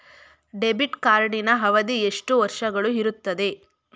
Debit ಕಾರ್ಡಿನ ಅವಧಿ ಎಷ್ಟು ವರ್ಷಗಳು ಇರುತ್ತದೆ?